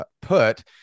put